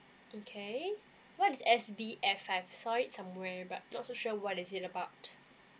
okay what is S_B_F I have saw it somewhere but not so sure what is it about